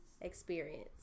experience